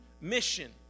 mission